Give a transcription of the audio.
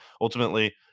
Ultimately